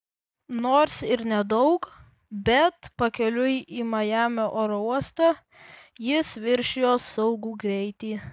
nors ir nedaug bet pakeliui į majamio oro uostą jis viršijo saugų greitį